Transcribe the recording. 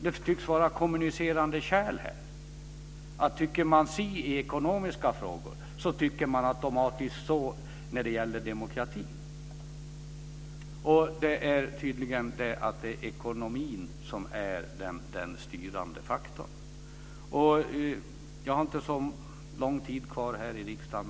Det tycks vara kommunicerande kärl här. Tycker man si i ekonomiska frågor tycker man automatiskt så när det gäller demokratin. Det är tydligen ekonomin som är den styrande faktorn. Jag har inte så lång tid kvar här i riksdagen.